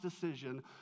decision